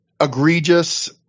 egregious